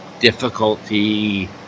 difficulty